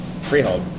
Freehold